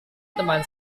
teman